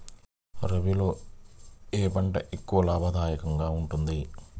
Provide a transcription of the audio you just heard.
రబీలో ఏ పంట ఎక్కువ లాభదాయకంగా ఉంటుంది?